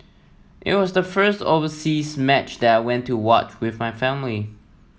it was the first overseas match there I went to watch with my family